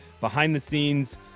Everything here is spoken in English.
behind-the-scenes